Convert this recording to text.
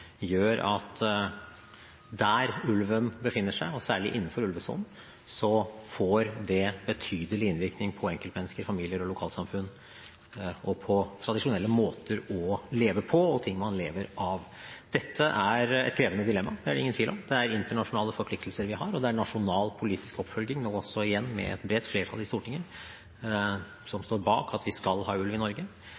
gjør at der ulven befinner seg, og særlig innenfor ulvesonen, får det betydelig innvirkning på enkeltmennesker, familier og lokalsamfunn og på tradisjonelle måter å leve på og ting man lever av. Dette er et krevende dilemma, det er det ingen tvil om. Det er internasjonale forpliktelser vi har, og det er nasjonal politisk oppfølging nå også igjen med et bredt flertall i Stortinget som